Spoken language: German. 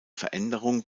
veränderung